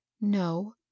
No